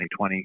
2020